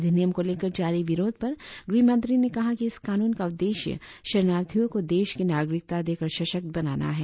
अधिनियम को लेकर जारी विरोध पर गृहमंत्री ने कहा कि इस कानून का उद्देश्य शरणार्थियों को देश की नागरिकता देकर सशक्त बनाना है